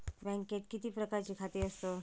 बँकेत किती प्रकारची खाती असतत?